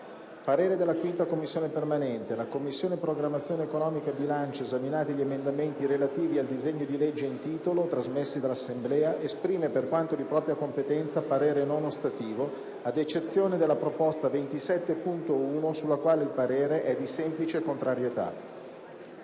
parere non ostativo». «La Commissione programmazione economica, bilancio, esaminati gli emendamenti relativi al disegno di legge in titolo, trasmessi dall'Assemblea, esprime, per quanto di propria competenza, parere non ostativo, ad eccezione della proposta 27.1, sulla quale il parere è di semplice contrarietà».